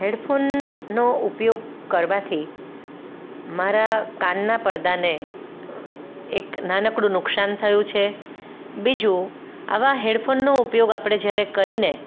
હેડફોનનો ઉપયોગ કરવાથી મારા કાનના પડદાને એક નાનકડું નુકસાન થયું છે બીજું આવા હેડફોનનો ઉપયોગ આપણે જ્યારે કરીને